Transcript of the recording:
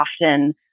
often